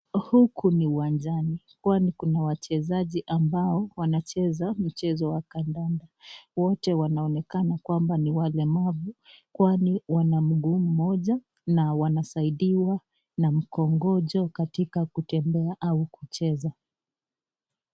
Huku ni uwanjani kwani kuna wachezaji ambao wanacheza mchezo wa kandanda wote wanaonekana kwamba ni walemavu kwani wana mguu mmoja na wanasaidiwa na mkongojo katika kucheza ama kutembea.